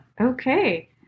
Okay